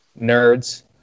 Nerds